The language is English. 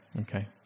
okay